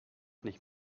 nicht